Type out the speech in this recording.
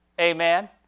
Amen